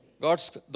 God's